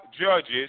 judges